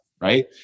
right